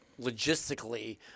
logistically